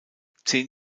zehn